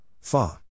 Fa